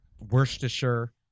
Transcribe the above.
Worcestershire